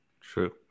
True